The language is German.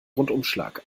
rundumschlag